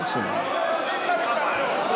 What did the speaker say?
אם יש הסכם, כתוב או